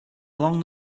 long